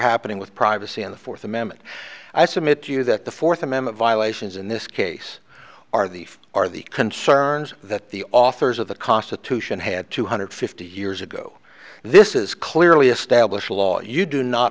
happening with privacy in the fourth amendment i submit to you that the fourth amendment violations in this case are these are the concerns that the authors of the constitution had two hundred fifty years ago this is clearly established law you do not